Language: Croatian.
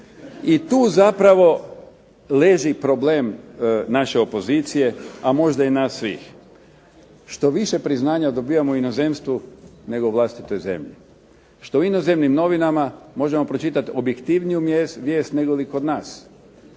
I tu zapravo leži problem naše opozicije, a možda i nas svih. što više priznanja dobivamo u inozemstvu, nego u vlastitoj zemlji. Što u inozemnim novinama možemo pročitati objektivniju vijest negoli kod nas.